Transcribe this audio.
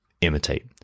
imitate